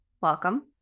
welcome